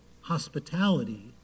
hospitality